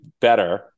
better